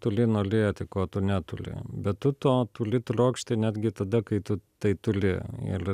tuli nolėti ko tu netuli bet tu to tuli trokšti netgi tada kai tu tai tuli il